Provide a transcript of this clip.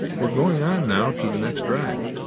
we're going on now to the next drive,